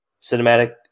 Cinematic